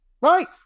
Right